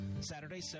Saturday